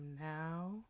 now